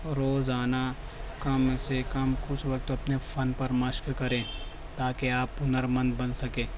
روزانہ کم سے کم کچھ وقت اپنے فن پر مشق کریں تاکہ آپ ہنر مند بن سکیں